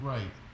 Right